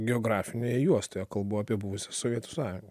geografinėje juostoje kalbu apie buvusią sovietų sąjungą